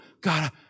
God